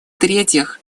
третьих